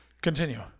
Continue